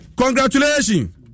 Congratulations